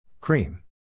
Cream